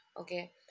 Okay